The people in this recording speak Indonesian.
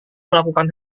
melakukan